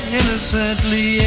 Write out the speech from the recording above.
innocently